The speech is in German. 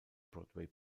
broadway